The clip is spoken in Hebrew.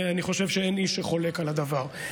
ואני חושב שאין איש שחולק על הדבר.